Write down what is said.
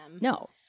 No